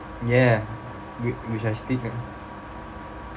ya which which I still have